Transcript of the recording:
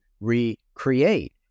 recreate